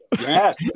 Yes